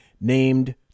named